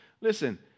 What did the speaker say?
Listen